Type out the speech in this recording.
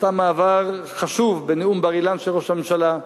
עשתה מעבר חשוב בנאום בר-אילן של ראש הממשלה,